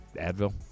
Advil